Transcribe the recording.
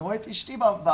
אני רואה את אשתי במחשב,